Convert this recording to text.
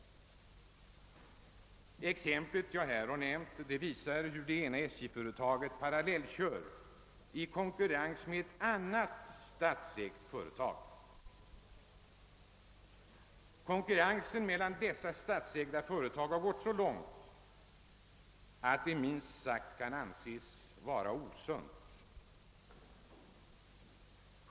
Exemplet jag här nämnt visar hur det ena SJ-företaget parallellkör i konkurrens med ett annat statsägt företag. Konkurrensen mellan dessa statsägda företag har gått så långt, att det kan anses vara minst sagt osunt.